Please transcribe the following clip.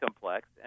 complex